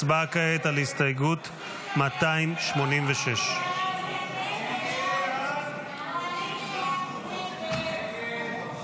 הצבעה כעת על הסתייגות 286. הסתייגות 286 לא